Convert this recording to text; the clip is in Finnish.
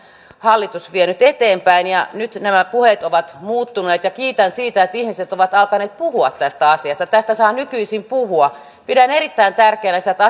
hallitus vienyt eteenpäin ja nyt nämä puheet ovat muuttuneet kiitän siitä että ihmiset ovat alkaneet puhua tästä asiasta tästä saa nykyisin puhua pidän erittäin tärkeänä sitä että